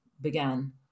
began